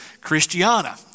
Christiana